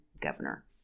governor